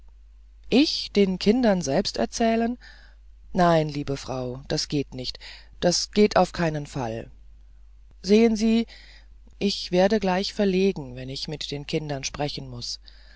ich den kindern selbst erzählen nein liebe frau das geht nicht das geht auf keinen fall sehen sie ich werde gleich verlegen wenn ich mit den kindern sprechen muß